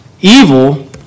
evil